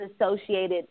associated